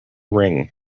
ring